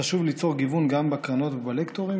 חשוב ליצור גיוון גם בקרנות ובלקטורים,